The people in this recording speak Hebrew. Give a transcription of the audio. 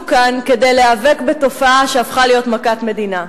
כאן כדי להיאבק בתופעה שהפכה להיות מכת מדינה.